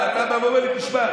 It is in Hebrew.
עכשיו אתה בא ואומר לי: תשמע,